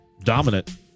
Dominant